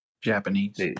Japanese